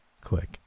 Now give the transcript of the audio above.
Click